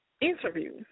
interview